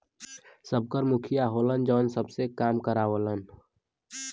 सबकर मुखिया होलन जौन सबसे काम करावलन